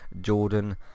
Jordan